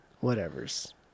whatever's